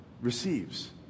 receives